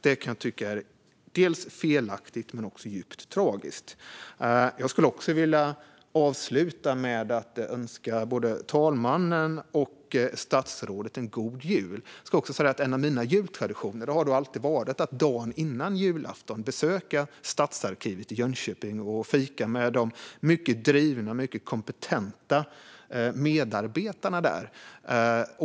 Det kan jag tycka är dels felaktigt, dels djupt tragiskt. Jag skulle vilja avsluta med att önska både talmannen och statsrådet en god jul. En av mina jultraditioner har alltid varit att dagen före julafton besöka stadsarkivet i Jönköping och fika med de mycket drivna och kompetenta medarbetarna där.